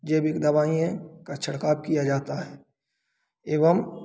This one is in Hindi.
जैविक दवाएं का छिड़काव किया जाता है एवं